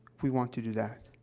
we want to do that.